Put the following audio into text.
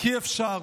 כי אפשר.